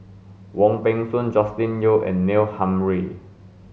Wong Peng Soon Joscelin Yeo and Neil Humphreys